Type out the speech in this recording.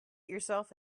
yourself